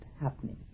happening